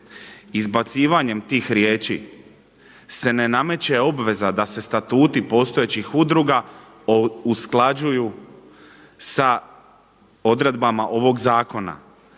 Izbacivanjem tih riječi se ne nameće obveza da se statuti postojećih udruga usklađuju sa odredbama ovog zakona.